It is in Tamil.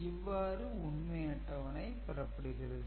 இவ்வாறு உண்மை அட்டவணை பெறப்படுகிறது